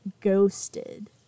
ghosted